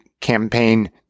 campaign